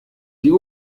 die